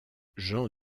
jean